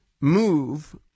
move